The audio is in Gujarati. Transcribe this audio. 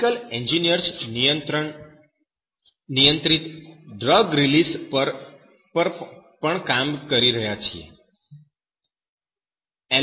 હવે કેમિકલ એન્જિનિયર્સ નિયંત્રિત ડ્રગ રિલીઝ પર પણ કામ કરી રહ્યા છે